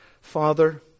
Father